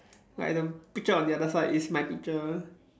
like the picture on the other side is my picture